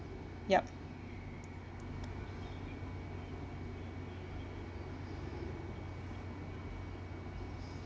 yup